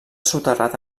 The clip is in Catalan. soterrat